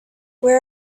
where